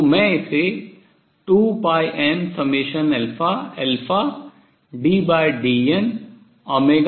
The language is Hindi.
तो मैं इसे 2πmddnnn